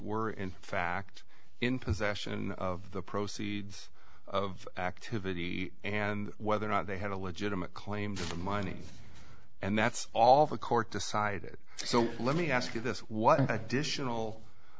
were in fact in possession of the proceeds of activity and whether or not they had a legitimate claim for money and that's all the court decided so let me ask you this what i dish and